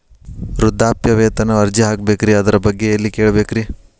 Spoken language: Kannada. ವೃದ್ಧಾಪ್ಯವೇತನ ಅರ್ಜಿ ಹಾಕಬೇಕ್ರಿ ಅದರ ಬಗ್ಗೆ ಎಲ್ಲಿ ಕೇಳಬೇಕ್ರಿ?